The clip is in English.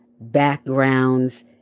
backgrounds